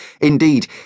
Indeed